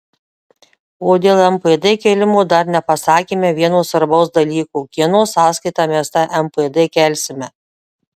o dėl npd kėlimo dar nepasakėme vieno svarbaus dalyko kieno sąskaita mes tą npd kelsime